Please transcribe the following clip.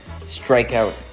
strikeout